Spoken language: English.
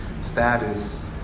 Status